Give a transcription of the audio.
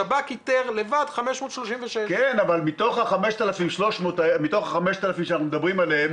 השב"כ איתר לבד 536. אבל מתוך ה-5,000 שאנחנו מדברים עליהם,